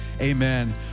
Amen